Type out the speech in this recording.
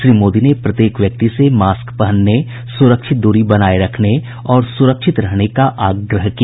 श्री मोदी ने प्रत्येक व्यक्ति से मास्क पहनने सु्रक्षित दूरी बनाए रखने और सु्रक्षित रहने का आग्रह किया